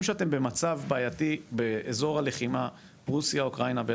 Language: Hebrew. שאתם במצב בעייתי באזור הלחימה ברוסיה-אוקראינה-בלרוס.